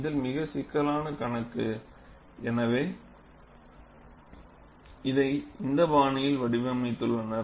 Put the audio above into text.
இதில் மிகச் சிக்கலான கணக்கு எனவே அவர்கள் இதை இந்த பாணியில் வடிவமைத்துள்ளனர்